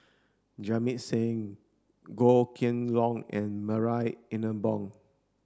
Jamit Singh Goh Kheng Long and Marie Ethel Bong